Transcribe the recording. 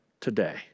today